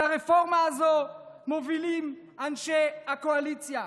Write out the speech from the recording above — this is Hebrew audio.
את הרפורמה הזו מובילים אנשי הקואליציה,